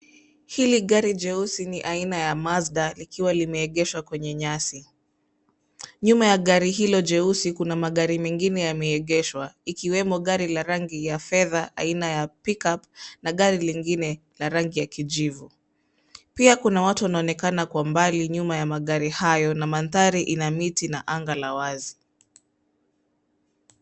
Hili gari jeusi ni aina ya Mazda likiwa limeegeshwa kwenye nyasi. Nyuma ya gari hilo jeusi kuna magari mengine yameegeshwa, ikiwemo gari la rangi ya fedha, aina ya pick-up na gari lingine la rangi ya kijivu. Pia kuna watu wanaonekana kwa mbali nyuma ya magari hayo na mandhari ina miti na anga la wazi.